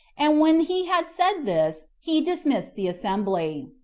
and when he had said this, he dismissed the assembly.